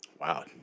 Wow